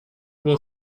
will